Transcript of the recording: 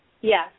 Yes